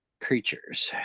creatures